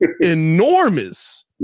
enormous